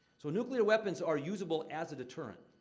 so, nuclear weapons are usable as a deterrent.